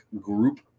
group